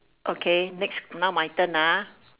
okay next now my turn ah